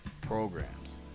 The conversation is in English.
programs